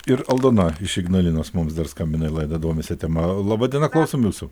ir aldona iš ignalinos mums dar skambino į laidą domisi tema laba diena klausom jūsų